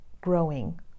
growing